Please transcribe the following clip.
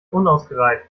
unausgereift